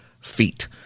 feet